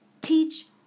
teach